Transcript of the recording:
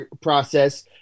process